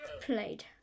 played